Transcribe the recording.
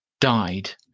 died